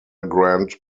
grand